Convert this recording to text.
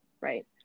right